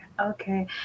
okay